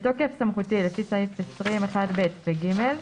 בתוקף סמכותי לפי סעיף 20(1)(ב) ו-(ג)